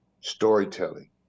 storytelling